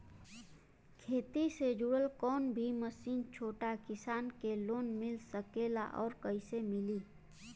खेती से जुड़ल कौन भी मशीन छोटा किसान के लोन मिल सकेला और कइसे मिली?